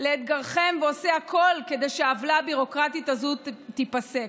לאתגרכם ועושה הכול כדי שהעוולה הביורוקרטית הזאת תיפסק.